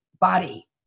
body